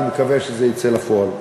אני מקווה שזה יצא לפועל,